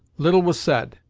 little was said,